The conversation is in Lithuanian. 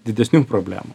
didesnių problemų